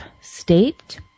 state